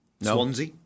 Swansea